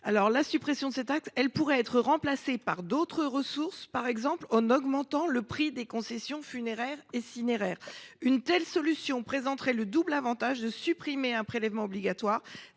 le ministre :« [Ces taxes] pourraient être remplacées par d’autres ressources, par exemple en augmentant le prix des concessions funéraires et cinéraires. Une telle solution présenterait le triple avantage de supprimer un prélèvement obligatoire,